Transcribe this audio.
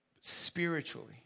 spiritually